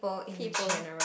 people